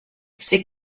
ses